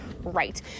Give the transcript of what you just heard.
right